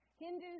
Hindus